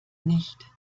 nicht